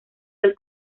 del